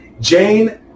Jane